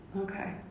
Okay